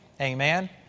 Amen